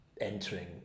entering